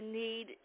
need